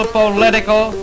political